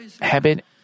habit